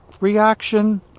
reaction